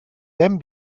then